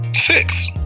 Six